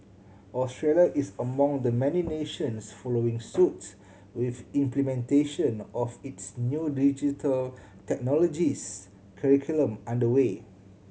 Australia is among the many nations following suit with implementation of its new Digital Technologies curriculum under way